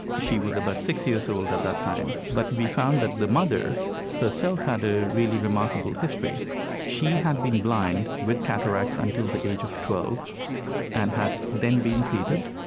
she was about six years old at the time. but we found that the mother herself had a really remarkable history she had been blind with cataracts until the age of twelve and had then been treated,